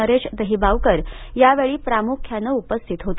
नरेश दहीबावकर यावेळी प्रामुख्यानं उपस्थित होते